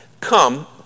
Come